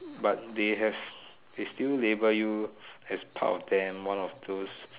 but they have they still label you as part of them one of those